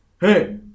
hey